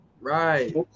Right